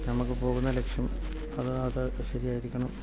നമുക്ക് പോകുന്ന ലക്ഷ്യം അത് അത് ശരിയായിരിക്കണം